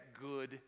good